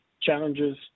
challenges